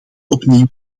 opnieuw